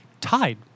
tied